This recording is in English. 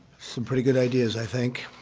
some pretty good ideas, i think.